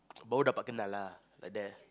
lah like that